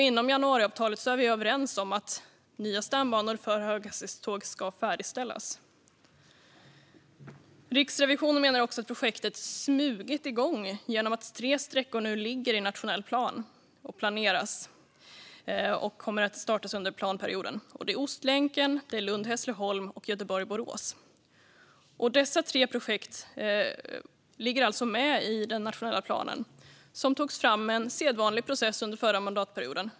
Inom januariavtalet är vi överens om att nya stambanor för höghastighetståg ska färdigställas. Riksrevisionen menar också att projektet "smugit igång" genom att tre sträckor nu ligger i nationell plan och kommer att startas under planperioden. Det är Ostlänken, det är Lund-Hässleholm och det är Göteborg-Borås. Dessa tre projekt ligger alltså med i den nationella planen, som togs fram med sedvanlig process under förra mandatperioden.